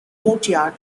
courtyard